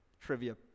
trivia